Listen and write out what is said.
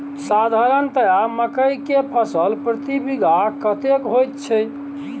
साधारणतया मकई के फसल प्रति बीघा कतेक होयत छै?